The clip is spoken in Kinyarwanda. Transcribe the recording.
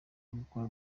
gukora